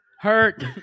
Hurt